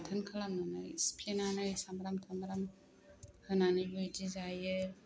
बाथोन खालामनानै सिफ्लेनानै सामब्राम टामब्राम होनानैबो बिदि जायो